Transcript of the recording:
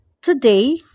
today